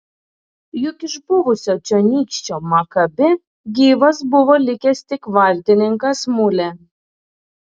juk iš buvusio čionykščio makabi gyvas buvo likęs tik vartininkas mulė